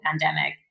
pandemic